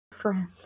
friends